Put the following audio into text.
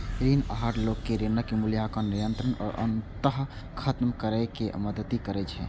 ऋण आहार लोग कें ऋणक मूल्यांकन, नियंत्रण आ अंततः खत्म करै मे मदति करै छै